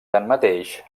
tanmateix